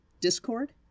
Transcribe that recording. Discord